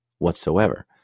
whatsoever